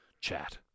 Chat